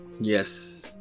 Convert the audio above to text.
Yes